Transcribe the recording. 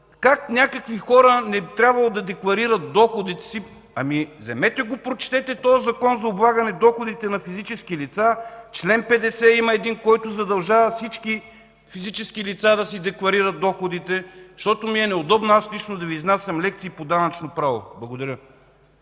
как някакви хора не трябвало да декларират доходите си. Вземете и прочетете този Закон за облагане доходите на физически лица. Има един чл. 50, който задължава всички физически лица да си декларират доходите. Защото ми е неудобно аз лично да Ви изнасям лекции по данъчно право. Благодаря.